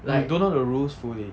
you don't know the rules fully